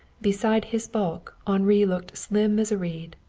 beside his bulk henri looked slim as a reed.